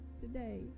today